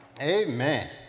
Amen